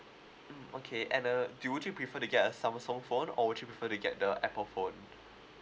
mm okay and uh do you would you prefer to get a Samsung phone or would you prefer to get the Apple phone